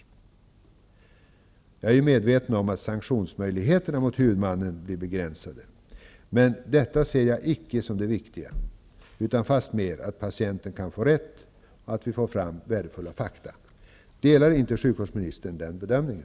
Jag är medveten om att sanktionsmöjligheterna mot huvudmannen blir begränsade, men jag ser icke detta som det viktiga, utan fast mer att patienten kan få rätt och att vi får fram värdefulla fakta. Delar inte sjukvårdsministern den bedömningen?